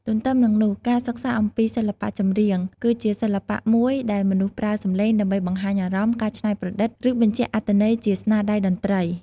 ទន្ទឹមនឹងនោះ ការសិក្សាអំពីសិល្បៈចម្រៀង គឺជាសិល្បៈមួយដែលមនុស្សប្រើសម្លេង ដើម្បីបង្ហាញអារម្មណ៍ ការច្នៃប្រឌិត ឬបញ្ជាក់អត្ថន័យជាស្នាដៃតន្ត្រី។